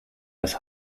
das